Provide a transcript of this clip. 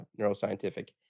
neuroscientific